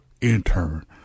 intern